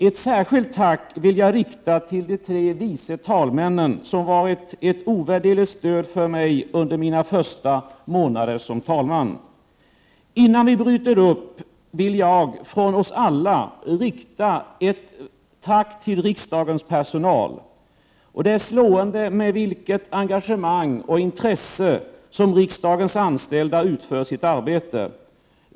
Ett särskilt tack vill jag rikta till de tre vice talmännen som varit ett ovärderligt stöd för mig under mina första månader som talman. Innan vi bryter upp vill jag från oss alla rikta ett tack till riksdagens personal. Det är slående med vilket engagemang och intresse som riksdagens anställda utför sitt arbete.